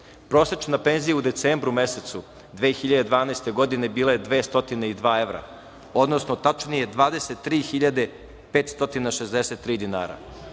Prosečna penzija u decembru mesecu 2012. godine bila je 202 evra, odnosno tačnije 23.563 dinara,